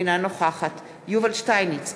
אינה נוכחת יובל שטייניץ,